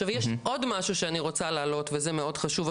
עכשיו יש עוד משהו שאני רוצה להעלות וזה מאוד חשוב,